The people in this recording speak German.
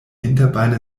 hinterbeine